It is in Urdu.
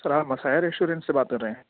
سر آپ مسایا ریسٹورینٹ سے بات کر رہے ہیں